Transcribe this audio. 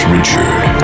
Richard